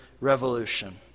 revolution